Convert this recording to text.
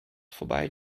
vorbei